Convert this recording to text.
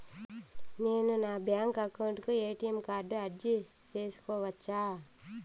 నేను నా bank account కు ఎ.టి.ఎం కార్డు అర్జీ సేసుకోవచ్చా?